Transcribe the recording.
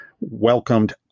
welcomed